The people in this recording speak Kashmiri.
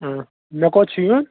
مےٚ کوٚت چھُ یُن